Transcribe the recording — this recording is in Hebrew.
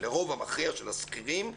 לרוב המכריע של השכירים.